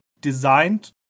designed